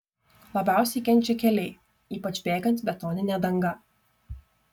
labiausiai kenčia keliai ypač bėgant betonine danga